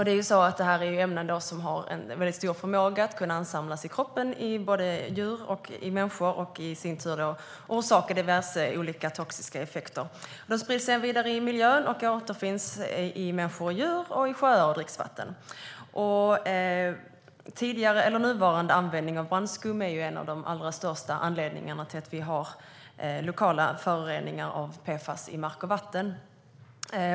De sprids vidare i miljön och återfinns sedan i människor och djur och i sjöar och dricksvatten. Det här är ämnen med en stor förmåga att ansamlas i kroppen hos både djur och människor, vilket i sin tur orsakar diverse olika toxiska effekter. Tidigare och nuvarande användning av brandskum är en av de allra största anledningarna till att vi har lokala föroreningar av PFAS i mark och vatten.